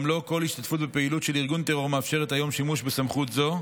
גם לא כל השתתפות בפעילות של ארגון טרור מאפשרת היום שימוש בסמכות זו.